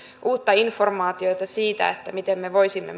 uutta informaatiota siitä miten me voisimme